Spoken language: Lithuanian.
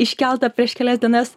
iškeltą prieš kelias dienas